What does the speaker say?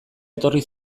etorri